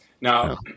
Now